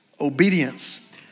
obedience